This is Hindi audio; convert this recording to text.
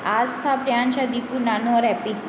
आस्था प्रियांशा दीपू नानू और हैप्पी